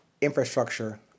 infrastructure